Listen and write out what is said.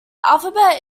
alphabet